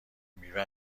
میوه